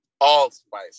Allspice